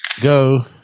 Go